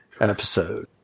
episode